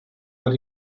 but